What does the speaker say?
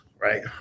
right